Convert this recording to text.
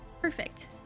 Perfect